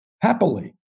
happily